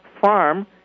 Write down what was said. farm